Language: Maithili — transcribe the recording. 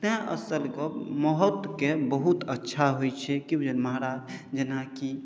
तेँ असल गप्प महत्वके बहुत अच्छा होइ छै कि बुझलिए महाराज जेनाकि